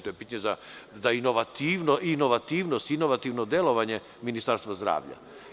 To je pitanje za inovativnost, inovativno delovanje Ministarstva zdravlja.